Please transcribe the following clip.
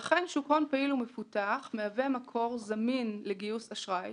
שוק הון פעיל ומפותח מהווה מקור זמין לגיוס אשראי